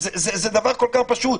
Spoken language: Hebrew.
זה דבר כל כך פשוט.